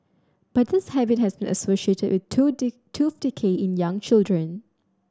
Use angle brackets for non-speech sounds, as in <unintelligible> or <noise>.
but this habit has been associated with tooth <unintelligible> tooth decay in young children